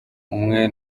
umwe